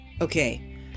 Okay